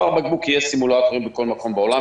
צוואר הבקבוק יהיה סימולטורים בכל מקום בעולם.